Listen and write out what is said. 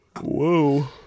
whoa